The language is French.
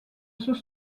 sous